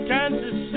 Kansas